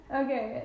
okay